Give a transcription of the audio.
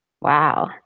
Wow